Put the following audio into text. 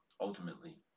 ultimately